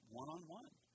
one-on-one